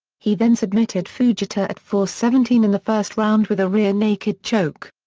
he then submitted fujita at four seventeen in the first round with a rear naked choke.